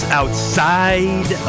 outside